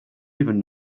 even